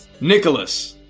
Nicholas